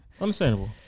understandable